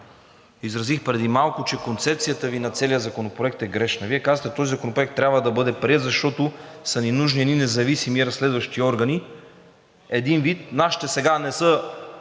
изразих преди малко, че концепцията Ви на целия Законопроект е грешна. Вие казвате този законопроект трябва да бъде приет, защото са ни нужни едни независими, разследващи органи. Един вид нашите сега не са